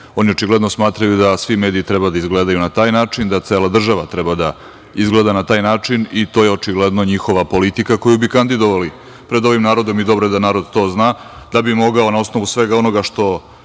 očigledno smatraju da svi mediji treba da izgledaju na taj način, da cela država treba da izgleda na taj način i to je očigledno njihova politika koju bi kandidovali pred ovim narodom i dobro je da narod to zna, da bi mogao na osnovu svega onoga što